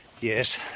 Yes